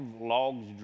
logs